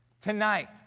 Tonight